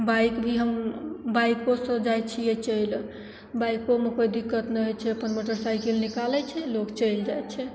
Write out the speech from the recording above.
bike भी हम बाइकोसे जाइ छिए चलि बाइकोमे कोइ दिक्कत नहि होइ छै अपन मोटरसाइकिल निकालै छै लोक चलि जाइ छै